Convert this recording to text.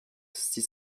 six